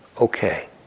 Okay